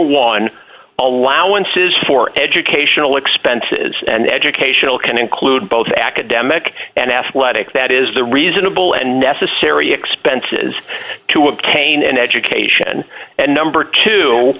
one allowances for educational expenses and educational can include both academic and athletic that is the reasonable and necessary expenses to obtain an education and number t